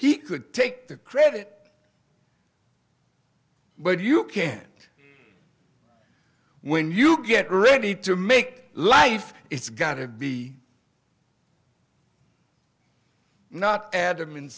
man he could take the credit but you can when you get ready to make life it's got to be not adam an